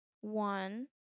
one